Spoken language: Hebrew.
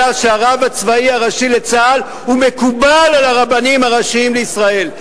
אלא שהרב הצבאי הראשי לצה"ל הוא מקובל על הרבנים הראשיים לישראל,